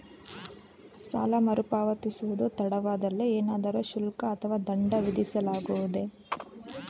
ಸಾಲ ಮರುಪಾವತಿಸುವುದು ತಡವಾದಲ್ಲಿ ಏನಾದರೂ ಶುಲ್ಕ ಅಥವಾ ದಂಡ ವಿಧಿಸಲಾಗುವುದೇ?